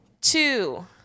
two